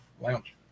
lounge